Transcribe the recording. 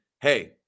hey